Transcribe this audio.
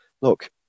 look